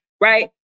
right